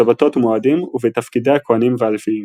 בשבתות ומועדים ובתפקידי הכהנים והלוויים.